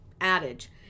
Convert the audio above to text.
adage